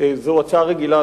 לשתול עצים מותר.